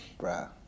Bruh